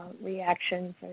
reactions